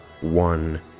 one